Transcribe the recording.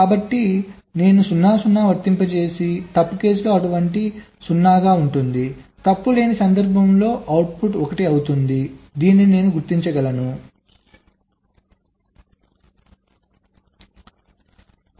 కాబట్టి ఇప్పుడు నేను 0 0 వర్తింపజేస్తే తప్పు కేసులో అవుట్పుట్ 0 గా ఉంటుంది తప్పు లేని సందర్భంలో అవుట్పుట్ 1 అవుతుంది నేను గుర్తించగలను సరియైనది